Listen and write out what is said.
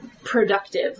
Productive